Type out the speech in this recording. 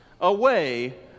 away